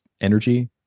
energy